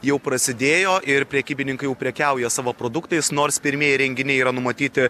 jau prasidėjo ir prekybininkai prekiauja savo produktais nors pirmieji renginiai yra numatyti